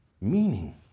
meaning